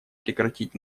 прекратить